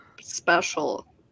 special